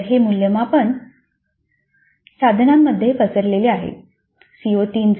तर हे 3 मूल्यमापन साधनांमध्ये पसरलेले आहे